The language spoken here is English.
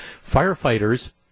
Firefighters